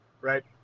right